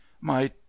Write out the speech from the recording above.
My